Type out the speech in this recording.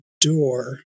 door